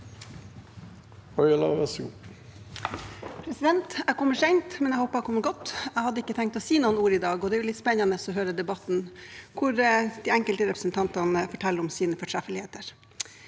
Jeg kommer sent, men jeg håper jeg kommer godt. Jeg hadde egentlig ikke tenkt å si noe i dag, og det er jo litt spennende å høre debatten, hvor de enkelte representantene forteller om sine fortreffeligheter.